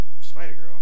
Spider-Girl